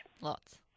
Lots